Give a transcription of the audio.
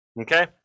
okay